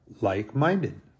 like-minded